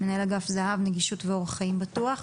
הוא מנהל אגף זה"ב נגישות ואורח חיים בטוח.